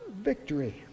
victory